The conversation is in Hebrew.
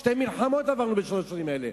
שתי מלחמות עברנו בשלוש השנים האלה.